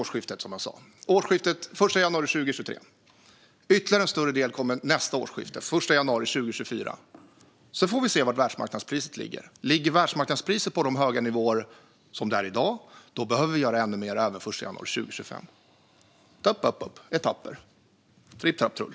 En del kommer nu till årsskiftet, den 1 januari 2023. Ytterligare en större del kommer nästa årsskifte, den 1 januari 2024. Sedan får vi se var världsmarknadspriset ligger. Om världsmarknadspriset är på de höga nivåer som de är i dag måste vi göra ännu mer även den 1 januari 2025. Det är alltså fråga om etapper - tripp, trapp, trull.